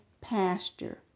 pasture